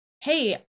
hey